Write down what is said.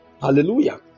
Hallelujah